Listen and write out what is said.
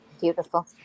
Beautiful